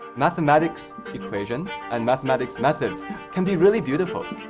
mathematics equations and mathematics methods can be really beautiful.